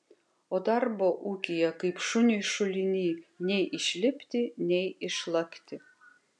o darbo ūkyje kaip šuniui šuliny nei išlipti nei išlakti